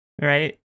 right